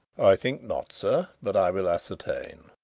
i think not, sir, but i will ascertain,